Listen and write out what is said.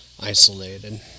Isolated